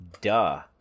duh